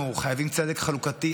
אנחנו חייבים צדק חלוקתי,